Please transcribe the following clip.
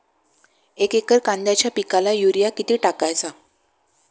एक एकर कांद्याच्या पिकाला युरिया किती टाकायचा?